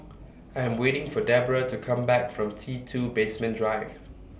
I Am waiting For Deborah to Come Back from T two Basement Drive